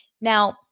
Now